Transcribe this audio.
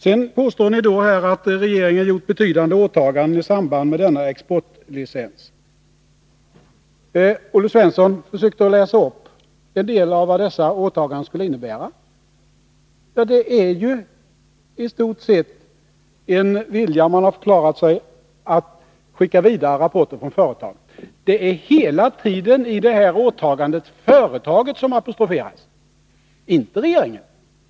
Sedan påstår ni att regeringen gjort betydande åtaganden i samband med denna exportlicens. Olle Svensson försökte läsa upp vad en del av dessa åtaganden skulle innebära. I stort sett är det så att man förklarat sig villig att skicka vidare rapporter från företaget. Det är hela tiden när det gäller detta åtagande företaget som apostroferas, inte regeringen.